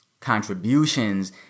contributions